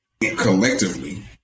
collectively